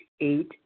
Eight